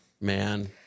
Man